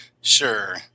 Sure